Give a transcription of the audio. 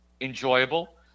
enjoyable